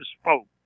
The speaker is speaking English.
spoke